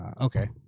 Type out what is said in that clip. Okay